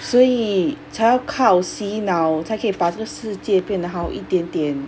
所以才要靠洗脑才可以把这个世界变得好一点点